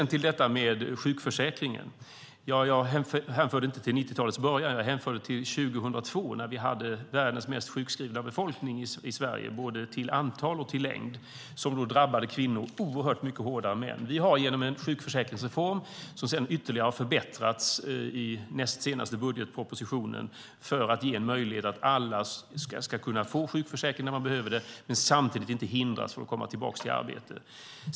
När det gäller sjukförsäkringen hänförde jag inte till 90-talets början utan till 2002, när vi hade världens mest sjukskrivna befolkning i Sverige till både antal och längd. Det drabbade kvinnor oerhört mycket hårdare än män. Vi har en sjukförsäkringsreform, som ytterligare har förbättrats i näst senaste budgetpropositionen för att ge alla en möjlighet att få sjukersättning när de behöver det men samtidigt inte hindra dem från att komma tillbaka till arbete.